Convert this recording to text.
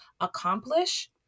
accomplish